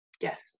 Yes